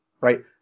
right